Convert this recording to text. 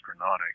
Astronautics